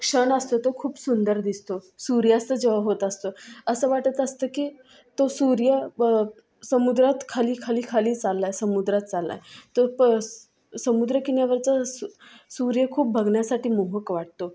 क्षण असतो तो खूप सुंदर दिसतो सूर्यास्त जेव्हा होत असतो असं वाटत असतं की तो सूर्य समुद्रात खाली खाली खाली चालला आहे समुद्रात चालला आहे तो समुद्र किन्या वरचा सू सूर्य खूप बघण्यासाठी मोहक वाटतो